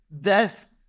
death